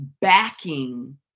backing